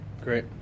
Great